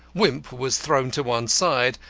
wimp was thrown to one side,